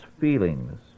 feelings